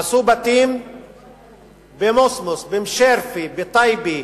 הרסו בתים במוסמוס, במושרייפה, בטייבה,